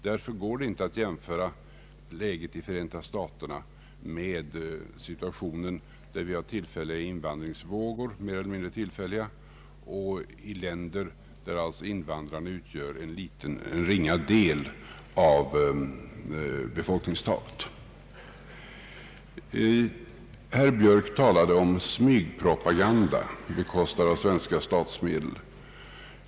Därför kan man inte jämföra läget i Förenta staterna med i länder där vi har mer eller mindre tillfälliga invandringsvågor och där invandrarna utgör en ringa del av befolkningstalet. Herr Björk talade om smygpropaganda på bekostnad av svenska statsmedel.